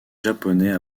japonais